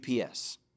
UPS